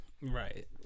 Right